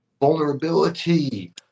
vulnerability